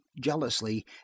jealously